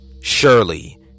surely